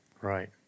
Right